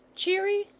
cheery,